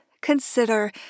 Consider